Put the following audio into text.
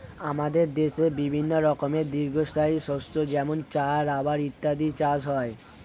আমাদের দেশে বিভিন্ন রকমের দীর্ঘস্থায়ী শস্য যেমন চা, রাবার ইত্যাদির চাষ হয়